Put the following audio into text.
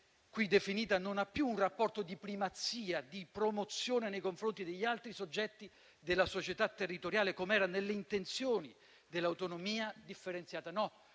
qui definita non ha più un rapporto di primazia, di promozione nei confronti degli altri soggetti della società territoriale, com'era nelle intenzioni dell'autonomia scolastica.